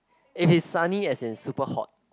it is sunny as in super hot